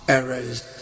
Errors